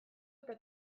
eta